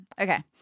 Okay